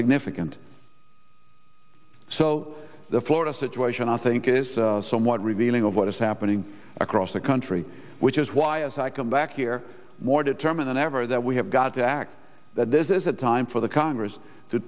significant so the florida situation i think is somewhat revealing of what is happening across the country which is why is i come back here more determined than ever that we have got to act that this is a time for the congress to